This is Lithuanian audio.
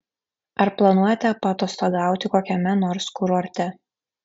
ar planuojate paatostogauti kokiame nors kurorte